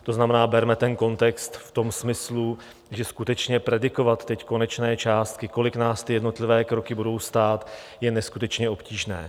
To znamená, berme ten kontext v tom smyslu, že skutečně predikovat teď konečné částky, kolik nás ty jednotlivé kroky budou stát, je neskutečně obtížné.